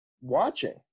watching